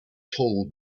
tall